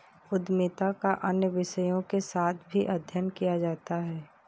उद्यमिता का अन्य विषयों के साथ भी अध्ययन किया जाता है